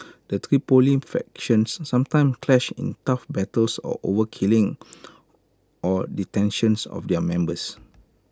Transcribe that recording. the Tripoli factions sometimes clash in turf battles or over killing or detentions of their members